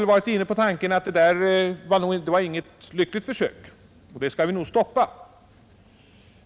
Vi har varit inne på tanken att det inte är något lyckligt försök och att vi nog borde stoppa det.